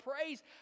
praise